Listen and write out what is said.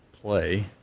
play